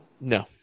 No